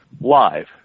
live